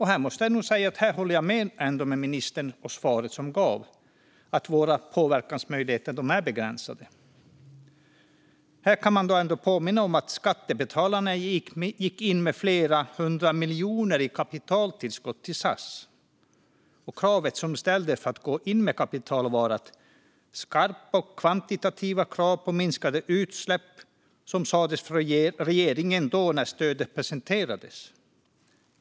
Här måste jag hålla med ministern om att våra påverkansmöjligheter är begränsade. Men här kan man också påminna om att skattebetalarna gick in med flera hundra miljoner i kapitaltillskott till SAS. Villkoret som ställdes för att gå in med kapital var skarpa och kvantitativa krav på minskade utsläpp, som det uttrycktes från regeringen när stödet presenterades.